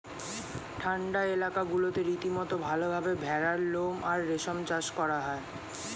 ঠান্ডা এলাকাগুলোতে রীতিমতো ভালভাবে ভেড়ার লোম আর রেশম চাষ করা হয়